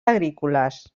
agrícoles